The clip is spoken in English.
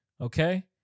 Okay